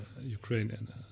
Ukrainian